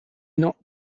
not